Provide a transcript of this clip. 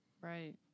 Right